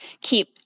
keep